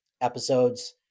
episodes